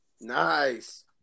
Nice